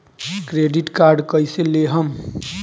Credit card कईसे लेहम?